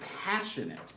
passionate